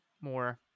more